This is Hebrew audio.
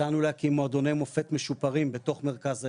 הצענו להקים מועדוני מופת משופרים בתוך מרכז היום,